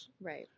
Right